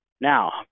Now